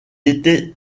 était